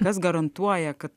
kas garantuoja kad